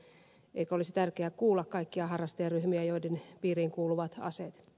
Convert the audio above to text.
eikö olisi tärkeää kuulla kaikkia harrastajaryhmiä joiden piiriin kuuluvat aseet